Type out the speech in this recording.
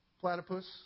platypus